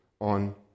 on